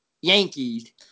Yankees